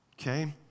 Okay